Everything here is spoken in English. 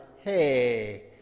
hey